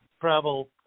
travel